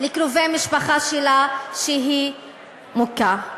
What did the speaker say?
לקרובי משפחה שלה, שהיא מוכה.